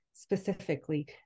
specifically